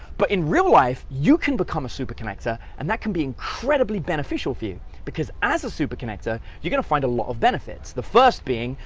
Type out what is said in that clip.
but in real life, you can become a super connector, and that can be incredibly beneficial for you, because as a super connector, you're gonna find a lot of benefits. the first being,